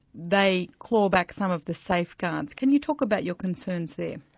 they claw back some of the safeguards. can you talk about your concerns there?